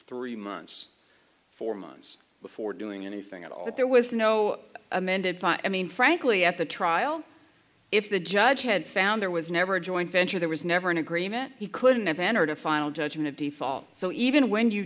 three months four months before doing anything at all that there was no amended i mean frankly at the trial if the judge had found there was never a joint venture there was never an agreement he couldn't have entered a final judgement of the fall so even when you